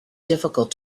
difficult